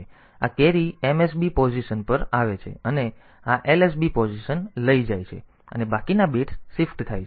તેથી આ carry MSB position પર આવે છે અને આ LSB પોઝિશન લઈ જાય છે અને બાકીના બિટ્સ શિફ્ટ થાય છે